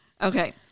Okay